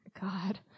God